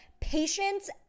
patience